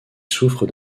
souffrent